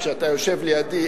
כשאתה יושב לידי,